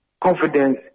confidence